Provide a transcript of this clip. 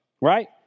Right